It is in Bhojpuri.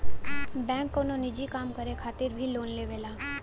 बैंक कउनो निजी काम करे खातिर भी लोन देवला